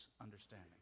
understanding